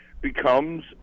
becomes